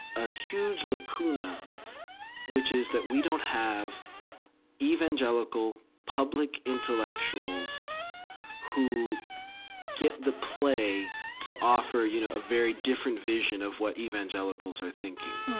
a huge lacuna which is that we don't have evangelical public intellectuals who get the play to offer, you know, a very different vision of what evangelicals are thinking.